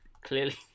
Clearly